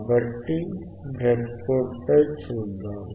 కాబట్టి బ్రెడ్బోర్డుపై చూద్దాం